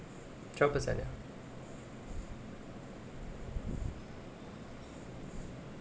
twelve percent ah